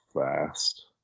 fast